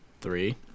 Three